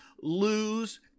lose